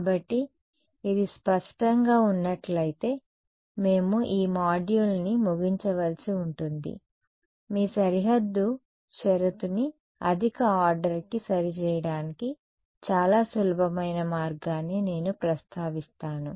కాబట్టి ఇది స్పష్టంగా ఉన్నట్లయితే మేము ఈ మాడ్యూల్ను ముగించవలసి ఉంటుంది మీ సరిహద్దు షరతు ని అధిక ఆర్డర్కి సరి చేయడానికి చాలా సులభమైన మార్గాన్ని నేను ప్రస్తావిస్తాను